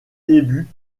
débuts